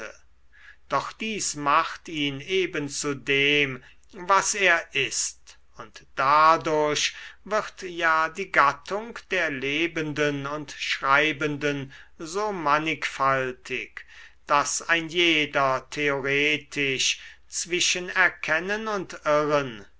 doch dies macht ihn eben zu dem was er ist und dadurch wird ja die gattung der lebenden und schreibenden so mannigfaltig daß ein jeder theoretisch zwischen erkennen und irren